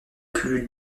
plus